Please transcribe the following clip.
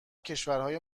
کشورهای